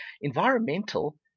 Environmental